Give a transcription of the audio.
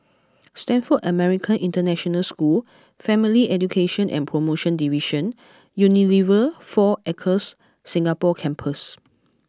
Stanford American International School Family Education and Promotion Division Unilever Four Acres Singapore Campus